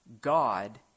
God